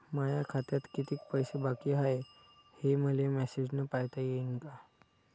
माया खात्यात कितीक पैसे बाकी हाय, हे मले मॅसेजन पायता येईन का?